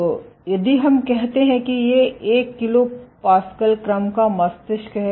तो यदि हम कहते हैं कि यह 1 kPa क्रम मस्तिष्क है